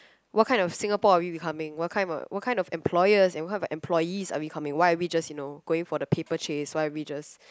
what kind of Singapore are we becoming what kind of a what kind of employers and what kind of employees are we coming why are we just you know going for the paper chase why are we just